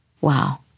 Wow